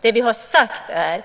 Det vi har sagt är: